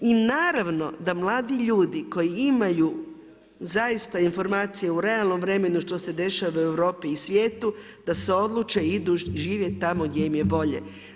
I naravno da mladi ljudi koji imaju zaista informacije u realnom vremenu što se dešava u Europi i svijetu da se odluče i idu živjeti tamo gdje im je bolje.